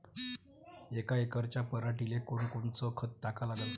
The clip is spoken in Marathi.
यका एकराच्या पराटीले कोनकोनचं खत टाका लागन?